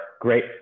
great